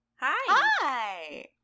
hi